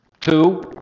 Two